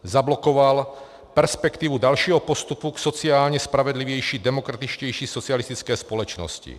Zablokoval perspektivu dalšího postupu k sociálně spravedlivější, demokratičtější socialistické společnosti.